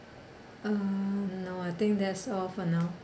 uh no I think that's all for now